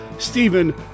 Stephen